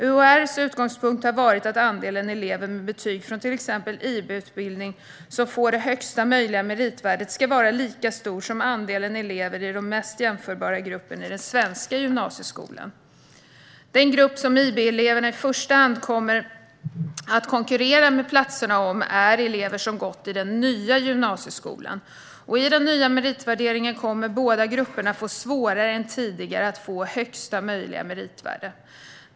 UHR:s utgångspunkt har varit att andelen elever med betyg från till exempel IB-utbildning som får det högsta möjliga meritvärdet ska vara lika stor som andelen elever i den mest jämförbara gruppen i den svenska gymnasieskolan. Den grupp som IB-eleverna i första hand kommer att konkurrera med platserna om är elever som gått i den nya gymnasieskolan. I den nya meritvärderingen kommer båda grupperna att få svårare än tidigare att få högsta möjliga meritvärde.